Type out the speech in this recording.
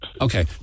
Okay